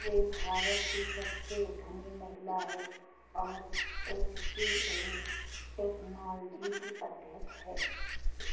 वे भारत की सबसे धनी महिला हैं और एच सी एल टेक्नोलॉजी की अध्यक्ष हैं